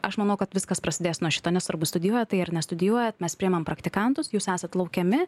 aš manau kad viskas prasidės nuo šito nesvarbu studijuojat tai ar nestudijuojat mes priimam praktikantus jūs esat laukiami